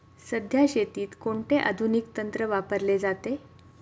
सध्या शेतीत कोणते आधुनिक तंत्र वापरले जाते?